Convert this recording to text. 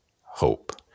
Hope